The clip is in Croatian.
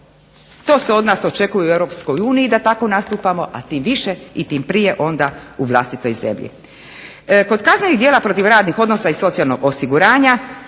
To se od nas očekuje u Europskoj uniji da tako nastupamo, a tim više i tim prije onda u vlastitoj zemlji.